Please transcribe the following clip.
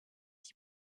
dix